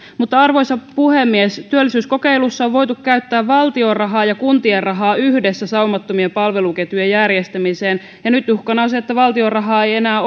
arvoisa puhemies työllisyyskokeilussa on voitu käyttää valtion rahaa ja kuntien rahaa yhdessä saumattomien palveluketjujen järjestämiseen ja nyt uhkana on se että valtion rahaa ei enää